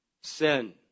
sin